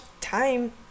time